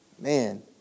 Man